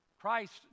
Christ